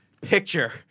picture